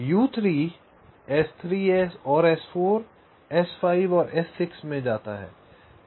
U3 S3 और S4 S5 और S6 में जाता है